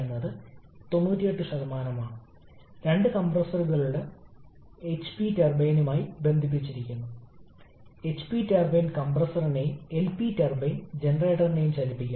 അതിനാൽ നിർദ്ദിഷ്ട വോളിയം വീണ്ടും വർദ്ധിക്കുന്നതിനാൽ അടുത്ത ഘട്ടത്തിൽ നിന്ന് ഉയർന്ന വർക്ക് ഔട്ട്പുട്ട് നേടാനാകും